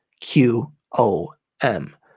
Q-O-M